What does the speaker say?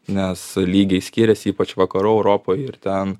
nes lygiai skiriasi ypač vakarų europoj ir ten